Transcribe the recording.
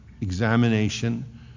examination